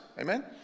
Amen